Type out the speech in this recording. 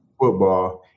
football